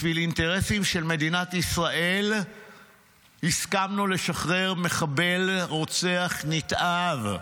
בשביל אינטרסים של מדינת ישראל הסכמנו לשחרר מחבל רוצח נתעב.